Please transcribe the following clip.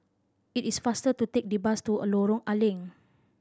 it is faster to take the bus to Lorong A Leng